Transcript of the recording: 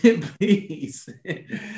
Please